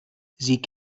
sie